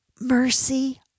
Mercy